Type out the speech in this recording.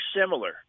similar